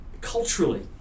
culturally